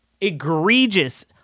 egregious